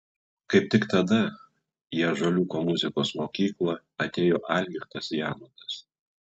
kaip tik tada į ąžuoliuko muzikos mokyklą atėjo algirdas janutas